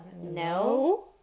no